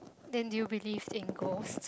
then do you believe in ghost